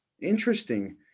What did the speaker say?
interesting